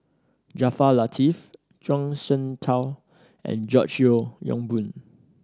Jaafar Latiff Zhuang Shengtao and George Yeo Yong Boon